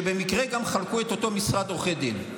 שבמקרה גם חלקו את אותו משרד עורכי דין.